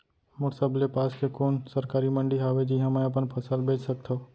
मोर सबले पास के कोन सरकारी मंडी हावे जिहां मैं अपन फसल बेच सकथव?